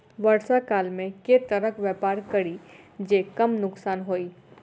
वर्षा काल मे केँ तरहक व्यापार करि जे कम नुकसान होइ?